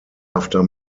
after